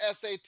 SAT